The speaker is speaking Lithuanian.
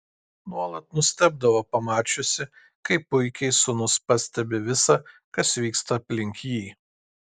nuolat nustebdavo pamačiusi kaip puikiai sūnus pastebi visa kas vyksta aplink jį